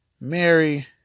Mary